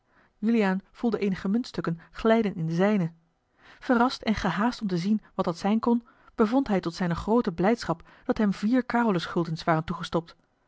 juliaan voelde eenige muntstukken glijden in de zijne verrast en gehaast om te zien wat dat zijn kon bevond hij tot zijne groote blijdschap dat hem vier carolus guldens waren toegestopt